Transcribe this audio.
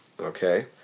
Okay